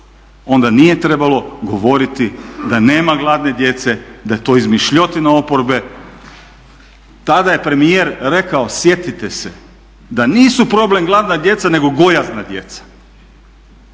onda nije trebalo govoriti da nema gladne djece, da je to izmišljotina oporbe. Tada je premijer rekao, sjetite se, da nisu problem gladna djeca nego gojazna djeca.